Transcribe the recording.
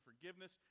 forgiveness